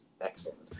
excellent